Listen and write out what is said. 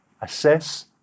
Assess